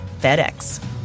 FedEx